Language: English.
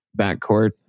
backcourt